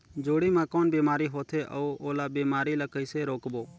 जोणी मा कौन बीमारी होथे अउ ओला बीमारी ला कइसे रोकबो?